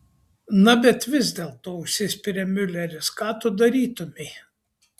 na bet vis dėlto užsispiria miuleris ką tu darytumei